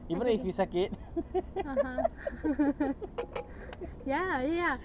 even though if you sakit